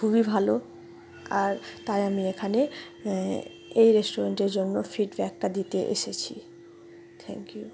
খুবই ভালো আর তাই আমি এখানে এই রেস্টুরেন্টের জন্য ফিডব্যাকটা দিতে এসেছি থ্যাংক ইউ